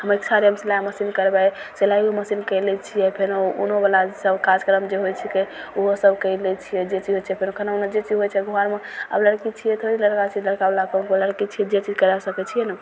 हमर इच्छा रहय हम सिलाइ मशीन करबय सिलाइयो मशीन करि लै छियै फेन उ ऊनोवला सभ काज करब जे होइ छिकै ओहो सभ करि लै छियै जे चीज होइ छिकै फेर एखनो जे चीज होइ छै कुमारमे आब लड़की छियै थोड़े लड़का छियै लड़कावला लड़की छियै जे चीज करय सकय छियै नहि